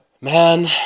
Man